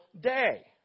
day